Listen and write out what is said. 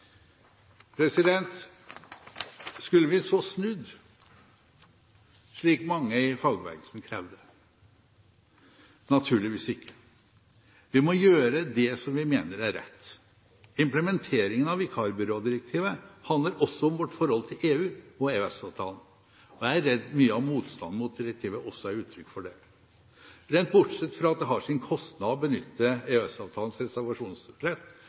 Skulle vi så snudd, slik mange i fagbevegelsen krevde? Naturligvis ikke. Vi må gjøre det som vi mener er rett. Implementeringen av vikarbyrådirektivet handler også om vårt forhold til EU og EØS-avtalen, og jeg er redd mye av motstanden mot direktivet også er uttrykk for det. Rent bortsett fra at det har sin kostnad å benytte EØS-avtalens reservasjonsrett,